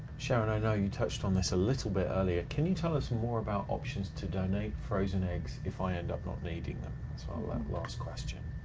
sharon, i know you touched on this a little bit earlier, can you tell us more about options to donate frozen eggs if i end up not needing them? that's ah our and last question.